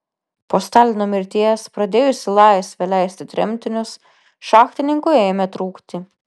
po stalino mirties pradėjus į laisvę leisti tremtinius šachtininkų ėmė trūkti